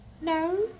No